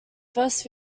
first